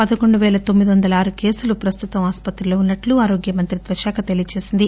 పదకొండు వేల తొమ్మిది వందల ఆరు కేసులు ప్రస్తుతం ఆసుపత్రిలో ఉన్నట్లు ఆరోగ్యమంత్రిత్వ శాఖ తెలియచేసింది